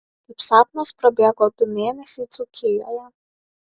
kaip sapnas prabėgo du mėnesiai dzūkijoje